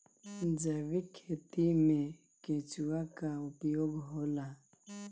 जैविक खेती मे केचुआ का उपयोग होला?